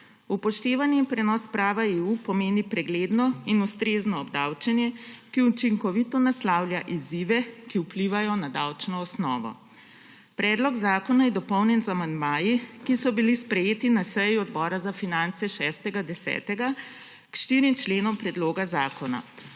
Upoštevani prenos prava EU pomeni pregledno in ustrezno obdavčenje, ki učinkovito naslavlja izzive, ki vplivajo na davčno osnovo. Predlog zakona je dopolnjen z amandmaji, ki so bili sprejeti na seji Odbora za finance 6. 10. k štirim členom predlogom zakona.